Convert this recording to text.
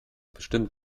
bestimmt